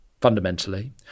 fundamentally